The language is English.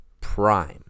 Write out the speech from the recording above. prime